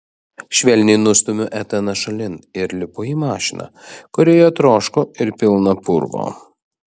švelniai nustumiu etaną šalin ir lipu į mašiną kurioje trošku ir pilna purvo